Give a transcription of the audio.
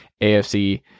AFC